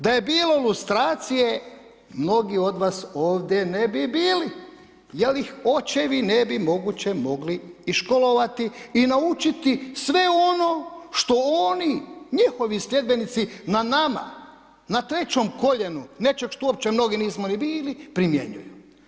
Da je bilo lustracije, mnogi od vas ovdje ne bi bili jel ih očevi ne bi moguće mogli i školovati i naučiti sve ono što oni, njihovi sljedbenici, na nama, na trećom koljenu, nečeg što uopće mnogi nismo ni bili, primjenjuju.